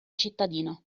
cittadino